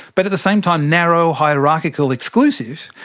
but at the same time narrow, hierarchical, exclusive.